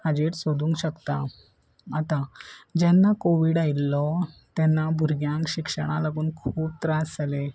हाजेर सोदूंक शकता आतां जेन्ना कोवीड आयिल्लो तेन्ना भुरग्यांक शिक्षणा लागून खूब त्रास जाले